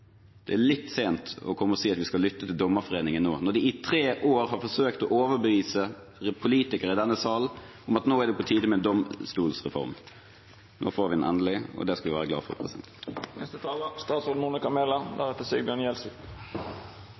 det er litt sent å komme og si at vi skal lytte til Dommerforeningen nå, når de i tre år har forsøkt å overbevise politikere i denne salen om at det nå er på tide med en domstolsreform. Nå får vi den endelig, og det skal vi være glade for.